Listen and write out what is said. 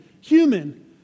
human